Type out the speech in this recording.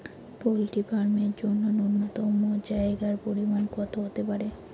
Poultry farm এর জন্য নূন্যতম জায়গার পরিমাপ কত হতে পারে?